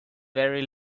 very